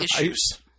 issues